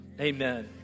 Amen